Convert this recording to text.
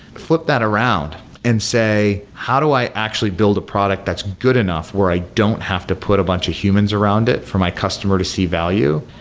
flip that around and say, how do i actually build a product that's good enough where i don't have to put a bunch of humans around it for my customer to see value?